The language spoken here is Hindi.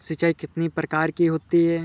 सिंचाई कितनी प्रकार की होती हैं?